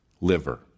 liver